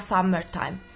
Summertime